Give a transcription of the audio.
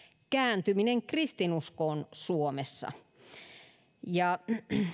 kääntyminen kristinuskoon suomessa